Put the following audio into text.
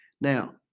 Now